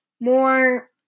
more